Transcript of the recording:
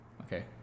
Okay